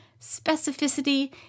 specificity